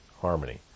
harmony